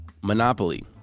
monopoly